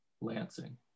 Lansing